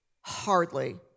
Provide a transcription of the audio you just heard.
hardly